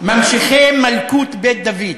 ממשיכי מלכות בית דוד,